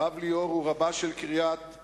הרב ליאור הוא רבה של קריית-ארבע.